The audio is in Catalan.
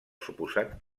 suposat